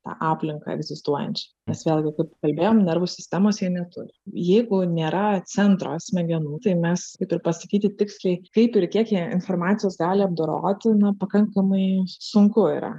tą aplinką egzistuojančią nes vėlgi kaip kalbėjom nervų sistemos jie neturi jeigu nėra centro smegenų tai mes kaip ir pasakyti tiksliai kaip ir kiek jie informacijos gali apdoroti na pakankamai sunku yra